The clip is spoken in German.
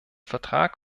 vertrag